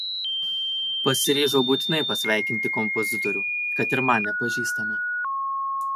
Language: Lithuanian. pasiryžau būtinai pasveikinti kompozitorių kad ir man nepažįstamą